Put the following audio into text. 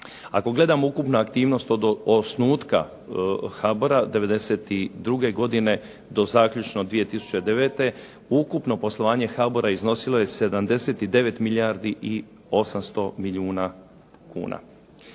Ako gledamo ukupnu aktivnost od osnutka HBOR-a '92. godine do zaključno 2009. ukupno poslovanje HBOR-a iznosilo je 79 milijardi 800 milijuna kuna.